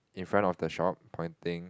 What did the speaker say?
in front of the shop pointing